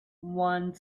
one